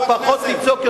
נא פחות לצעוק,